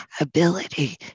ability